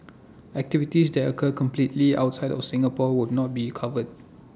activities that occur completely outside of Singapore would not be covered